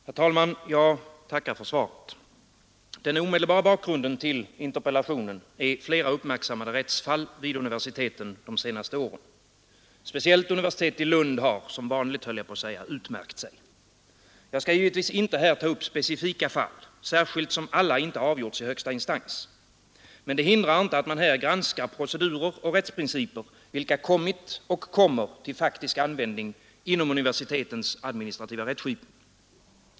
Herr talman! Jag tackar för svaret. Den omedelbara bakgrunden till interpellationen är flera uppmärksammade rättsfall vid universiteten de senaste åren. Speciellt universitetet i Lund har — som vanligt höll jag på att säga — utmärkt sig. Jag skall givetvis inte här ta upp specifika fall, särskilt som alla inte avgjorts i högsta instans. Men det hindrar inte att man här granskar procedurer och rättsprinciper, vilka kommit och kommer till faktisk användning inom universitetens administrativa rättskipning.